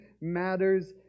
matters